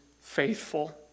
faithful